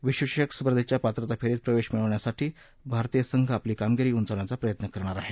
विश्ववचषक स्पर्धेच्या पात्रता फेरीत प्रवेश मिळवण्यासाठी भारतीय संघ आपली कामगिरी उंचावण्याचा प्रयत्न करणार आहे